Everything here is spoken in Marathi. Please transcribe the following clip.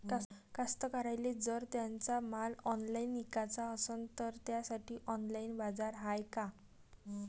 कास्तकाराइले जर त्यांचा माल ऑनलाइन इकाचा असन तर त्यासाठी ऑनलाइन बाजार हाय का?